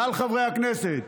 כלל חברי הכנסת,